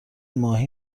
ماهی